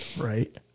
Right